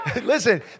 listen